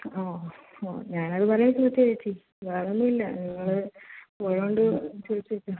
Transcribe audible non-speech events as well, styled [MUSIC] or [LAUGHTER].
ആ ആ ഞാൻ അത് പറയാൻ [UNINTELLIGIBLE] വേറെ ഒന്നും ഇല്ല നിങ്ങൾ പോയത് കൊണ്ട് ചോദിച്ച് നോക്കിയതാണ്